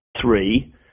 three